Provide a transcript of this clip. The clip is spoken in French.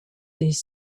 des